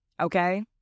Okay